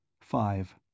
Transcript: Five